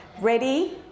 Ready